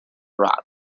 rot